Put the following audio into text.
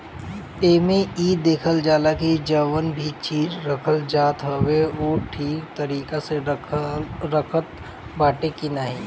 एमे इ देखल जाला की जवन भी चीज रखल जात हवे उ ठीक तरीका से रखात बाटे की नाही